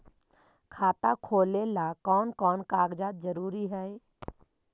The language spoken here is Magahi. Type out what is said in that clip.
खाता खोलें ला कोन कोन कागजात जरूरी है?